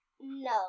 no